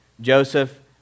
Joseph